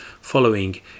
following